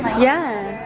yeah,